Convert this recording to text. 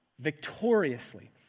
victoriously